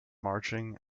marching